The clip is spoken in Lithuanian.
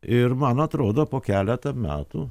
ir man atrodo po keletą metų